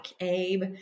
Abe